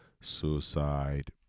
suicide